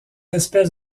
espèces